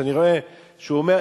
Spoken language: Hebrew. שאני רואה שהוא אומר,